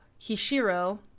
Hishiro